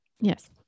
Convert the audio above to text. Yes